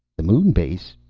the moon base?